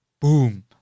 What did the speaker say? boom